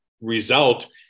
result